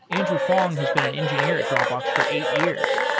andrew fong has been an engineer at dropbox for eight years.